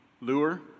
lure